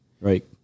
right